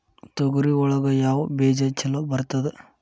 ತೊಗರಿ ಒಳಗ ಯಾವ ಬೇಜ ಛಲೋ ಬರ್ತದ?